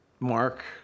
Mark